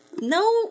no